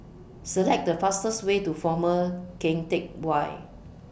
Select The fastest Way to Former Keng Teck Whay